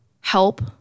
help